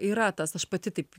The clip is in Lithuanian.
yra tas aš pati taip